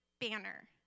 banner